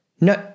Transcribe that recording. no